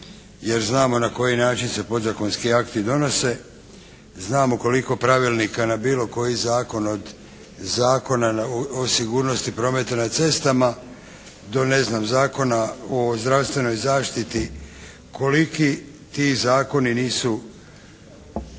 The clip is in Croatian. jer znamo na koji način se podzakonski akti donose. Znamo koliko pravilnika na bilo koji zakon od Zakona o sigurnosti prometa na cestama do ne znam, Zakona o zdravstvenoj zaštiti koliki ti zakoni nisu